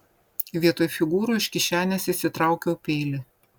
vietoj figūrų iš kišenės išsitraukiau peilį